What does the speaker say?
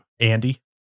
Andy